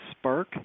spark